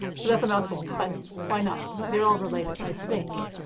so that's a mouthful, but why not? they're all related, i think.